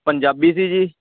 ਪੰਜਾਬੀ ਸੀ ਜੀ